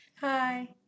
Hi